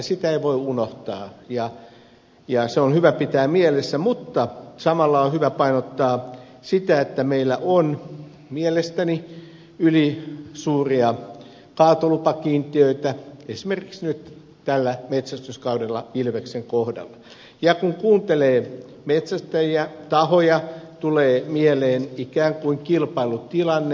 sitä ei voi unohtaa ja se on hyvä pitää mielessä mutta samalla on hyvä painottaa sitä että meillä on mielestäni ylisuuria kaatolupakiintiöitä esimerkiksi nyt tällä metsästyskaudella ilveksen kohdalla ja kun kuuntelee metsästäjätahoja tulee mieleen ikään kuin kilpailutilanne